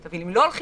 אם לא,